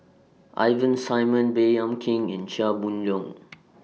Ivan Simson Baey Yam Keng and Chia Boon Leong